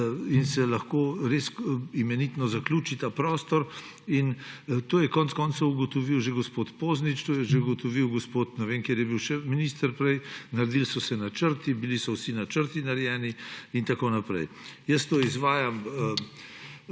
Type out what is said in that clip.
in se lahko res imenitno zaključi ta prostor in to je konec koncev ugotovil že gospod Poznič, to je že ugotovil gospod, ne vem kateri je bil še minister prej, naredili so se načrti, bili so vsi načrti narejeni in tako naprej. Jaz to izvajam